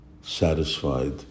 satisfied